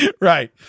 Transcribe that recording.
Right